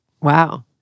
Wow